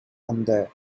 அந்த